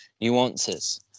nuances